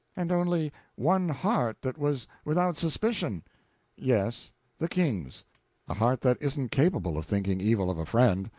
and only one heart that was without suspicion yes the king's a heart that isn't capable of thinking evil of a friend.